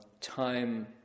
time